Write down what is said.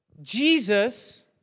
Jesus